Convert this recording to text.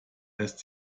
lässt